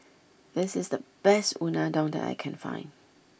this is the best Unadon that I can find